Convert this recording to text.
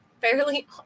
fairly